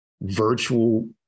virtual